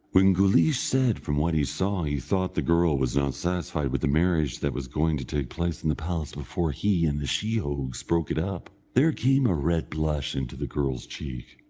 when guleesh said from what he saw he thought the girl was not satisfied with the marriage that was going to take place in the palace before he and the sheehogues broke it up, there came a red blush into the girl's cheek,